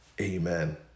Amen